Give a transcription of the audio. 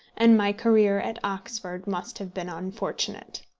and my career at oxford must have been unfortunate.